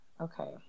Okay